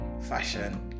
fashion